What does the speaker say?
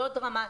לא דרמטית,